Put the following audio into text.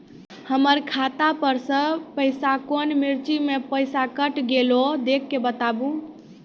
हमर खाता पर से पैसा कौन मिर्ची मे पैसा कैट गेलौ देख के बताबू?